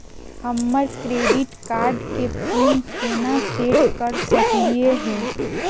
हमर credit card के PIN केना सेट कर सकली हे?